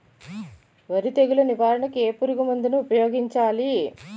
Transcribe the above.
వరి తెగుల నివారణకు ఏ పురుగు మందు ను ఊపాయోగించలి?